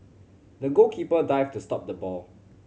the goalkeeper dived to stop the ball